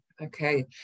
Okay